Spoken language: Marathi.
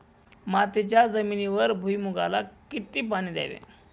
मातीच्या जमिनीवर भुईमूगाला किती पाणी द्यावे?